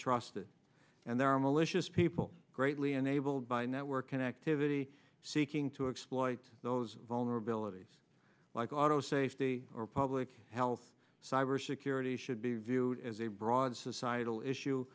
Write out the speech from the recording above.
trusted and there are a malicious people greatly enabled by network connectivity seeking to exploit those vulnerabilities like auto safety or public health cybersecurity should be viewed as a broad societal issue